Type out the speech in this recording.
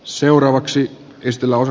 seuraavaksi keskellä on